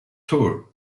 tour